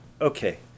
Okay